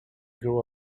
grew